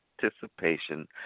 participation